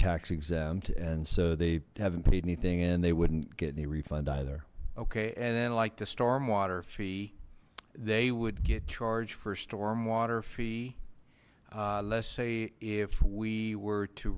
tax exempt and so they haven't paid anything and they wouldn't get any refund either okay and then like the stormwater fee they would get charged for stormwater fee let's say if we were to